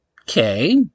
Okay